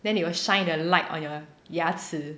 then it will shine a light on your 牙齿